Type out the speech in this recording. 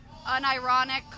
unironic